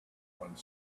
one